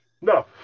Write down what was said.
No